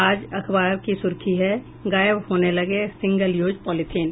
आज अखबार की सुर्खी है गायब होने लगे सिंगल यूज पॉलिथीन